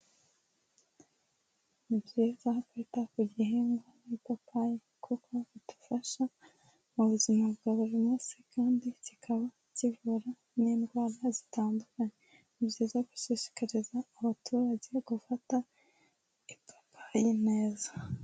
Ni byiza kwita ku gihingwa nk'ipapayi kuko bidufasha mu buzima bwa buri munsi kandi kikaba kivura n'indwara zitandukanye. Ni byiza gushishikariza abaturage gufata ipapayi neza.